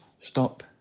stop